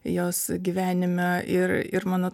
jos gyvenime ir ir mano